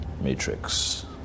matrix